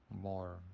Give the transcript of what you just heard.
more